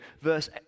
verse